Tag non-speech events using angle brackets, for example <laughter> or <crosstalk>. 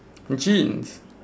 <noise> jeans